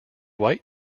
white